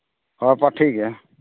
ᱦᱳᱭ ᱯᱟᱹᱴᱷᱤ ᱜᱮ